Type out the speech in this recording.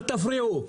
אל תפריעו.